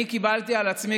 אני קיבלתי על עצמי,